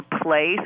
place